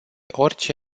orice